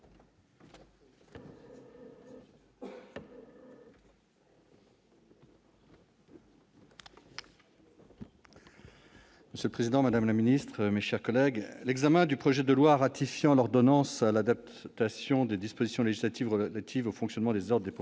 Monsieur le président, madame la ministre, mes chers collègues, la discussion du projet de loi ratifiant l'ordonnance relative à l'adaptation des dispositions législatives relatives au fonctionnement des ordres des professions